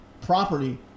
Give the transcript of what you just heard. property